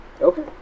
okay